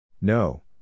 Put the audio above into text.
No